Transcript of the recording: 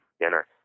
dinner